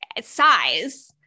size